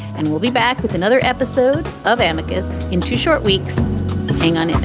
and we'll be back with another episode of amicus. in two short weeks on